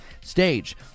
stage